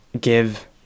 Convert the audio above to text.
give